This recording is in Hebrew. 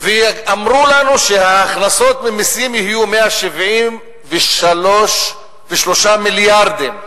אמרו לנו שההכנסות ממסים יהיו 173 מיליארדים,